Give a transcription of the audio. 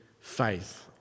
faith